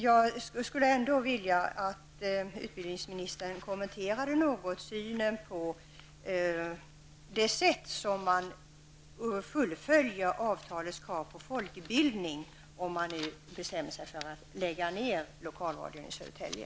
Jag skulle vilja att utbildningsministern något kommenterade synen på hur fullföljandet av avtalets krav på fortbildning kan klaras, om man nu bestämmer sig för att lägga ned lokalradion i Södertälje.